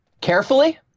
Carefully